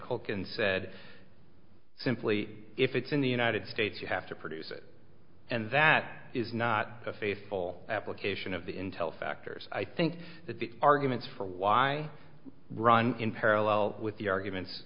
said simply if it's in the united states you have to produce it and that is not a faithful application of the intel factors i think that the arguments for why run in parallel with the arguments